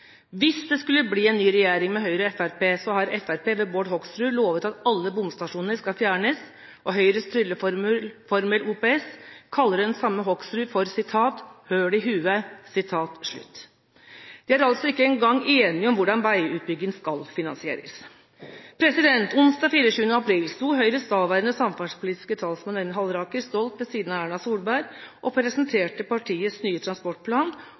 Hvis det skulle bli en ny regjering med Høyre og Fremskrittspartiet, har Fremskrittspartiet – ved Bård Hoksrud – lovet at alle bomstasjoner skal fjernes, og Høyres trylleformel OPS kaller den samme Hoksrud for «høl i hue». De er altså ikke engang enige om hvordan veiutbygging skal finansieres. Onsdag 24. april sto Høyres daværende samferdselspolitiske talsmann Øyvind Halleraker stolt ved siden av Erna Solberg og presenterte partiets nye transportplan